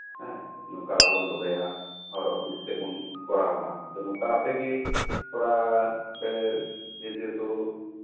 ᱦᱮᱸ ᱱᱚᱝᱠᱟ ᱵᱚᱱ ᱫᱚᱦᱚᱭᱟ ᱦᱚᱨᱚᱜ ᱟᱜᱩ ᱠᱟᱛᱮ ᱵᱚᱱ ᱠᱚᱨᱟᱣ ᱢᱟ ᱟᱫᱚ ᱟᱯᱮ ᱜᱮ ᱛᱷᱚᱲᱟ ᱡᱮᱦᱮᱛᱩ